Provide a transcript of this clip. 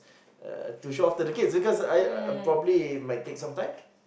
uh to show off to the kids because I probably might take some time